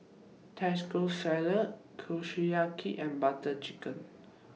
Taco Salad Kushiyaki and Butter Chicken